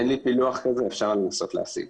אין לי פילוח כזה, אפשר לנסות להשיג.